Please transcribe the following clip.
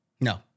No